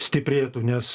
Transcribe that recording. stiprėtų nes